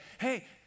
Hey